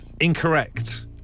Incorrect